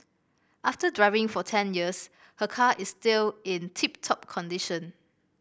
after driving for ten years her car is still in tip top condition